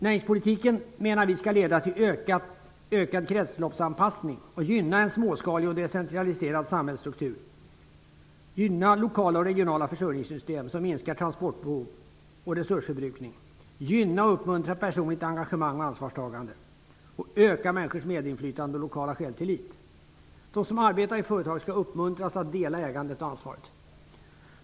Näringspolitiken skall, menar vi, leda till ökad kretsloppsanpassning och gynna en småskalig och decentraliserad samhällsstruktur, gynna lokala och regionala försörjningssystem som minskar transportbehov och resursförbrukning, gynna och uppmuntra personligt engagemang och ansvarstagande och öka människors medinflytande och lokal självtillit. De som arbetar i företagen skall uppmuntras att dela ägandet och ansvaret.